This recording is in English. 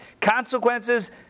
Consequences